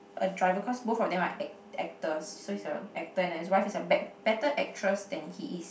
a driver cause both of them are ac~ actors so he's a actor and his wife is a bet~ better actress than he is